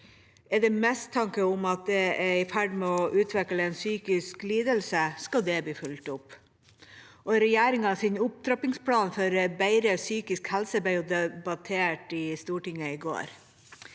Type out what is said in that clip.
Er det mistanke om at en er i ferd med å utvikle en psykisk lidelse, skal det bli fulgt opp. Regjeringas opptrappingsplan for bedre psykisk helse ble debattert i Stortinget i går,